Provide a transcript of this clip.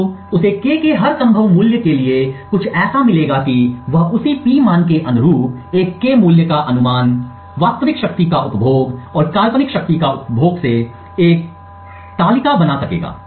तो उसे K के हर संभव मूल्य के लिए कुछ ऐसा मिलेगा कि वह उसी P मान के अनुरूप एक K मूल्य का अनुमान वास्तविक शक्ति का उपभोग और काल्पनिक शक्ति का उपभोग से एक तालिका बना सकेगा